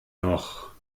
noch